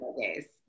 days